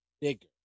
bigger